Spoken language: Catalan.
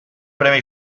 premi